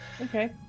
Okay